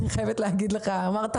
אני חייבת להגיד שיש אנשים טובים גם באוצר.